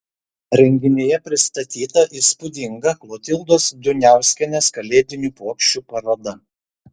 renginyje pristatyta įspūdinga klotildos duniauskienės kalėdinių puokščių paroda